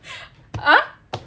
!huh!